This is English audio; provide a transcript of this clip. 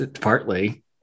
Partly